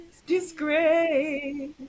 disgrace